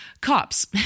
Cops